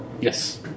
Yes